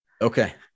Okay